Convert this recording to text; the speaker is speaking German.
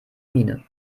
miene